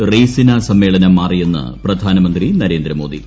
റെയ്സിന സമ്മേളനം മാറിയെന്ന് പ്രധാനമന്ത്രി നരേന്ദ്രമോദി